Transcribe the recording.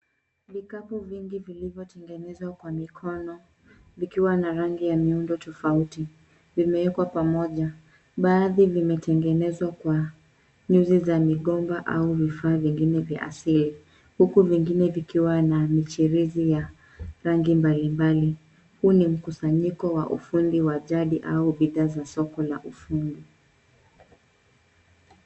Vikapu vingi vilivyo tengenezwa kwa mikono vikiwa na rangi ya miundo tofauti vimewekwa pamoja. Baadhi vimetengenezwa kwa nyuzi za migomba au vifaa vingine vya asili huku vingine vikiwa na michirizi ya rangi mbali mbali, huu ni mkusanyiko wa ufundi wa jadi au bidhaa za soko la ufundi.